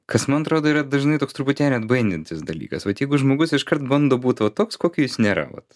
kas man atrodo yra dažnai toks truputėlį atbaidantis dalykas vat jeigu žmogus iškart bando būt va toks kokiu jis nėra vat